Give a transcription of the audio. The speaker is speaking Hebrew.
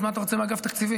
אז מה אתה רוצה מאגף תקציבים?